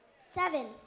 Seven